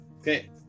Okay